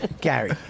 gary